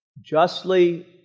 justly